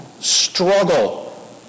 struggle